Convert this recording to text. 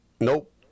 nope